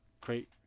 create